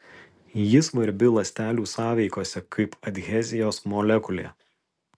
ji svarbi ląstelių sąveikose kaip adhezijos molekulė